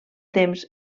temps